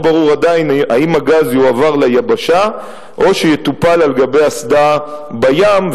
ולא ברור עדיין אם הגז יועבר ליבשה או שיטופל על גבי אסדה בים,